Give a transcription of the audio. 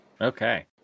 Okay